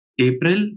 April